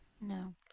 no